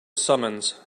summons